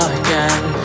again